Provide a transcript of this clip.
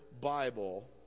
Bible